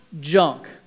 junk